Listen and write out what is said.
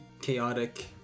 chaotic